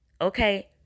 Okay